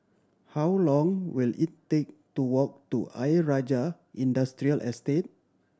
how long will it take to walk to Ayer Rajah Industrial Estate